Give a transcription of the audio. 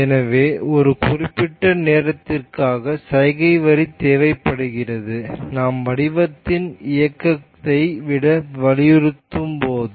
எனவே ஒரு குறிப்பிட்ட நோக்கத்திற்காக சைகை வரி தேவைப்படுகிறது நாம் வடிவத்தின் இயக்கத்தை விட வலியுறுத்தும்போது